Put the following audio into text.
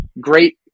Great